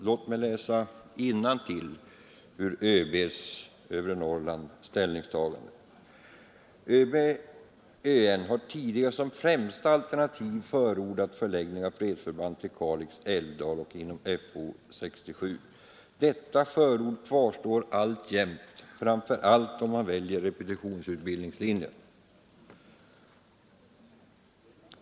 Låt mig läsa innantill ur militärbefälhavarens yttrande: ”MB ÖM har tidigare som främsta alternativ förordat förläggning av fredsförband till Kalix älvdal och inom fo 67. Detta förord kvarstår alltjämt framför allt om man väljer repetitionsutbildningslinjen.